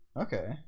Okay